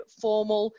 formal